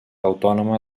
autònoma